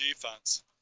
defense